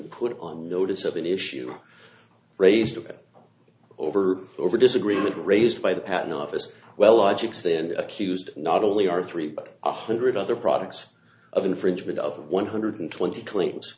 put on notice of an issue raised about over over disagreement raised by the patent office well logics then accused not only are three but one hundred other products of infringement of one hundred twenty claims